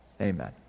amen